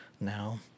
Now